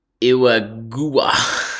Iwagua